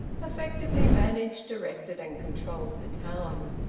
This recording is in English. effectively managed, directed, and controlled the town.